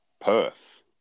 Perth